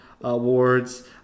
awards